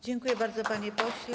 Dziękuję bardzo, panie pośle.